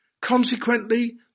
Consequently